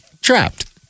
Trapped